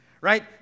Right